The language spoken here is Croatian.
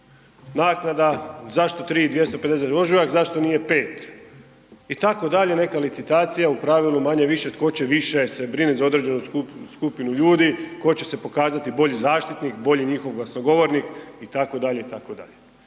Naknada, zašto 3250 za ožujak, zašto nije 5. Itd., neka licitacija, u pravilu manje-više, tko će više se brinuti za određenu skupinu ljudi, tko će se pokazati bolji zaštitnik, bolji njihov glasnogovornik, itd.,